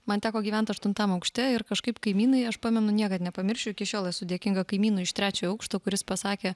man teko gyvent aštuntam aukšte ir kažkaip kaimynai aš pamenu niekad nepamiršiu iki šiol esu dėkinga kaimynui iš trečio aukšto kuris pasakė